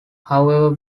however